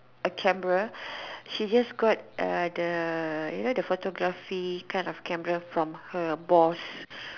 a camera she just got a the you know the photography kind of camera from her boss